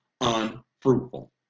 unfruitful